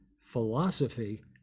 philosophy